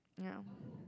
yeah